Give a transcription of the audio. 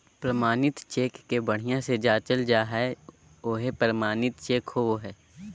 प्रमाणित चेक के बढ़िया से जाँचल जा हइ उहे प्रमाणित चेक होबो हइ